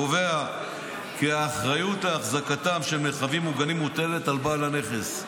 קובע כי האחריות לאחזקתם של מרחבים מוגנים מוטלת על בעל הנכס.